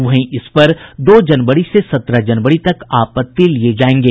वहीं इस पर दो जनवरी से सत्रह जनवरी तक आपत्ति लिये जायेंगे